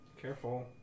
Careful